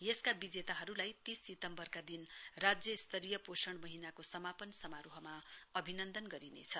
यसका बिजेताहरूलाई तीस सितम्बरका दिन राज्य स्तरीय पोषण महीनाको समापन समारोहमा अभिनन्दन गरिनेछ